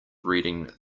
reading